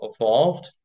evolved